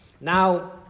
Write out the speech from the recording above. Now